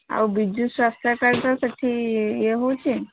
ଆଉ ବିଜୁ ସ୍ୱାସ୍ଥ୍ୟ କାର୍ଡ଼୍ଟା ସେଇଠି ଇଏ ହେଉଛି